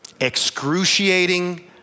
Excruciating